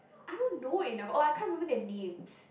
I don't know enough oh I can't remember their names